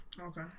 Okay